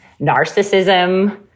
narcissism